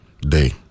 Day